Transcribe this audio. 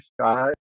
Scott